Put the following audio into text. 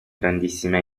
grandissima